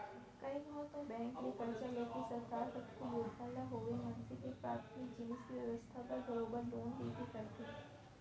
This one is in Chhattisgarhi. कइ घौं तो बेंक ले करजा लेके सरकार कतको योजना ल होवय मनसे के पराथमिक जिनिस के बेवस्था बर बरोबर लोन लेके करथे